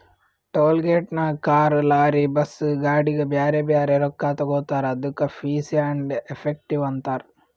toll ಗೇಟ್ನಾಗ್ car, lorry, bus, ಗಾಡಿಗ ಬ್ಯಾರೆ ಬ್ಯಾರೆ ರೊಕ್ಕಾ ತಗೋತಾರ್ ಅದ್ದುಕ ಫೀಸ್ ಆ್ಯಂಡ್ ಎಫೆಕ್ಟಿವ್ ಅಂತಾರ್